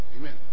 Amen